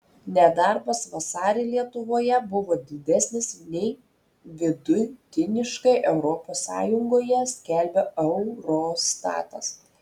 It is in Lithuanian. nedarbas vasarį lietuvoje buvo didesnis nei vidutiniškai europos sąjungoje skelbia eurostatas